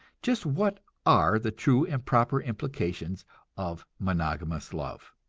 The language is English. just what are the true and proper implications of monogamous love?